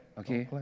okay